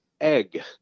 egg